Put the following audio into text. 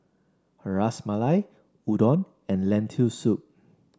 Ras Malai Udon and Lentil Soup